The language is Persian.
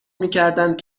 میکردند